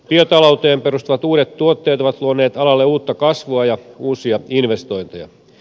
biotalouteen perustuvat uudet tuotteet ovat luoneet alalle uutta kasvua ja uusia investointeja